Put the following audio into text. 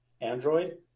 Android